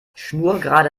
schnurgerade